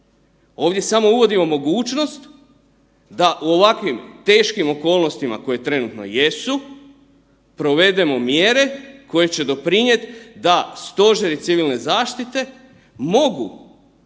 Ovdje samo uvodimo mogućnost da u ovakvim teškim okolnostima koje trenutno jesu provedemo mjere koje će doprinijeti da stožeri civilne zaštite mogu